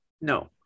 No